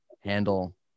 handle